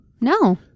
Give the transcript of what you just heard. No